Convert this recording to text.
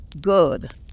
good